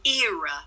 era